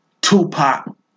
Tupac